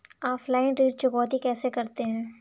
Offline ऋण चुकौती कैसे करते हैं?